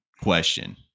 question